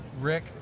Rick